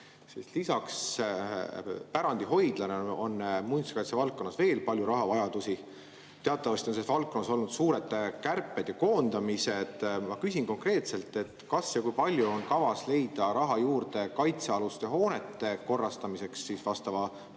Lisaks pärandihoidlale on muinsuskaitse valdkonnas veel palju sellist, mis raha vajaks. Teatavasti on selles valdkonnas olnud suured kärped ja koondamised. Ma küsin konkreetselt: kas ja kui palju on kavas leida raha juurde kaitsealuste hoonete korrastamiseks ja selleks